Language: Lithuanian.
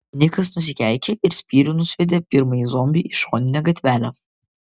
nikas nusikeikė ir spyriu nusviedė pirmąjį zombį į šoninę gatvelę